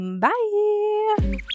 Bye